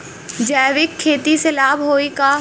जैविक खेती से लाभ होई का?